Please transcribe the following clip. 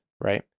Right